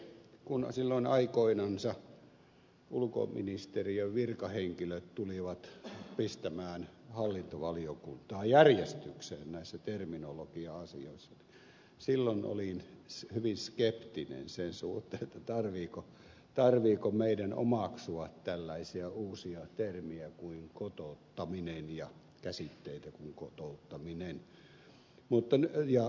kun silloin aikoinansa ulkoministeriön virkahenkilöt tulivat pistämään hallintovaliokuntaa järjestykseen näissä terminologia asioissa olin hyvin skeptinen sen suhteen tarvitseeko meidän omaksua tällaisia uusia termejä ja käsitteitä kuin kotouttaminen